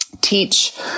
teach